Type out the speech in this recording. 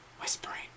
Whispering